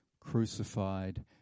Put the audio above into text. crucified